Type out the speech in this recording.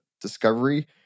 discovery